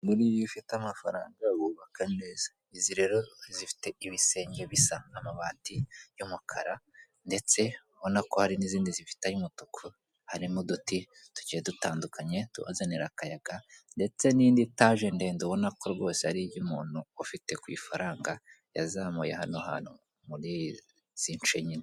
Buriya iyo ufite amafaranga wubaka neza, izi rero zifite ibisenge bisa, amabati y'umukara ndetse ubona ko hari n'izindi zifite ay'umutuku, harimo uduti tugiye dutandukanye tubazanira akayaga. Ndetse n'indi taje ndende ubona ko ari iy'umuntu ufite kw'ifaranga yazamuye hano hantu mur'izi nce nyine.